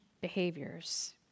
behaviors